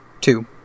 Two